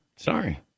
Sorry